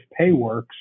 PayWorks